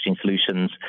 solutions